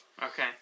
Okay